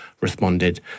responded